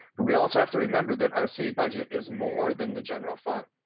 we also have to remember that our city budget is more than the general fund.